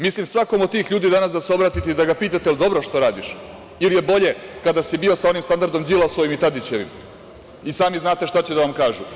Mislim, svakom od tih ljudi danas da se obratite i da ga pitate - jel dobro što radiš, ili je bolje kada si bio sa onim standardom Đilasovim i Tadićevim, i sami znate šta će da vam kažu.